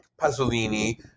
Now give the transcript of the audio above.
Pasolini